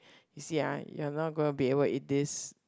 you see ah you're not gonna be able eat this